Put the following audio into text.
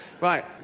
Right